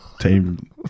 team